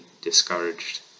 discouraged